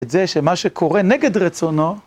את זה שמה שקורה נגד רצונו...